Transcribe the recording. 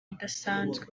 idasanzwe